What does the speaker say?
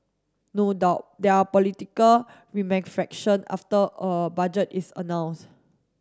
no doubt there are political after a budget is announced